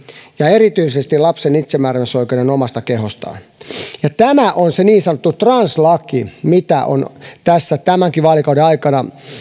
ja erityisesti lapsen itsemääräämisoikeuden omasta kehostaan tämä on se niin sanottu translaki mitä ovat tämänkin vaalikauden aikana